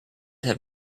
have